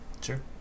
sure